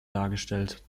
dargestellt